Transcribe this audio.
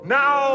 now